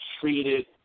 treated